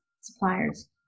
suppliers